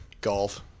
Golf